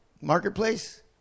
Marketplace